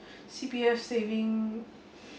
C_P_F saving